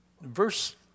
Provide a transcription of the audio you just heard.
Verse